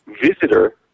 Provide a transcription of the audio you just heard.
visitor